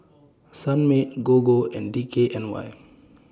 Sunmaid Gogo and D K N Y